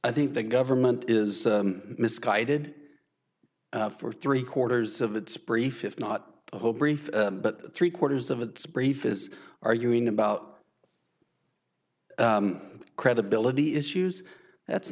i think the government is misguided for three quarters of its brief if not the whole brief but three quarters of its brief is arguing about credibility issues that's